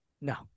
No